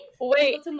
Wait